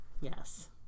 Yes